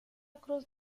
cruz